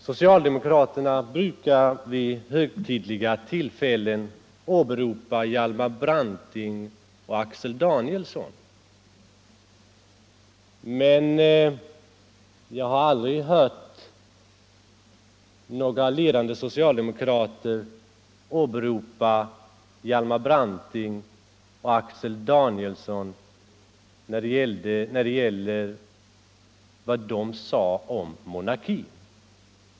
Socialdemokraterna brukar vid högtidliga tillfällen åberopa Hjalmar Branting och Axel Danielsson. Men jag har aldrig hört några ledande socialdemokrater åberopa Hjalmar Branting och Axel Danielsson när det gäller vad de sade om monarkin.